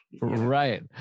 right